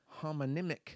homonymic